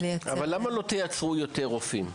למה שלא תייצרו יותר רופאים?